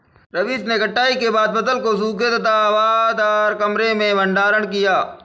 रवीश ने कटाई के बाद फसल को सूखे तथा हवादार कमरे में भंडारण किया